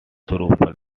through